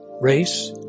race